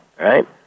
right